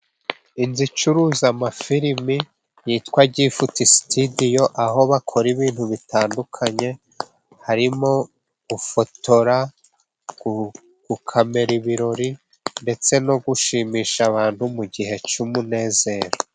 Inzu icuruza amafilimi yitwa Gifuti Sitidiyo, aho bakora ibintu bitandukanye harimo gufotora, gukamera ibirori, ndetse no gushimisha abantu mu gihe cy'umunezero.